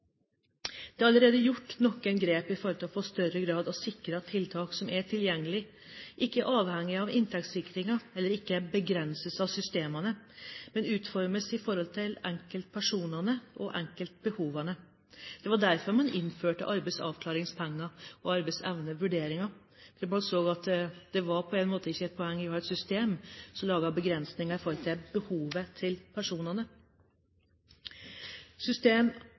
allerede gjort noen grep for i større grad å sikre at tiltak som er tilgjengelige, ikke er avhengig av inntektssikringen, eller ikke begrenses av systemene, men utformes i forhold til enkeltpersonene og enkeltbehovene. Det var derfor man innførte arbeidsavklaringspenger og arbeidsevnevurdering. Man så at det på en måte ikke var et poeng å ha et system som laget begrensninger med hensyn til behovet til personene.